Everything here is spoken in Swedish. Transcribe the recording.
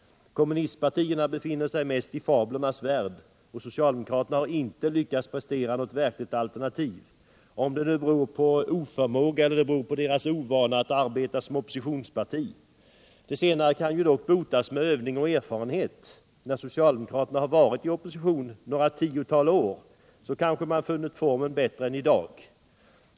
Kommunistpartierna befinner sig mest i fablernas värld, och socialdemokraterna har inte lyckats prestera något verkligt alternativ, om det nu beror på oförmåga eller på deras ovana att arbeta som oppositionsparti. Det senare kan dock botas med övning och erfarenhet. När socialdemokraterna har varit i opposition några tiotal år, så kanske man funnit formen bättre än i dag.